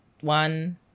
one